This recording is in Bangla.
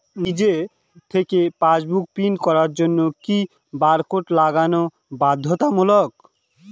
নিজে থেকে পাশবুক প্রিন্ট করার জন্য কি বারকোড লাগানো বাধ্যতামূলক?